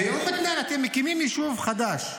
באום אתנן אתם מקימים יישוב חדש,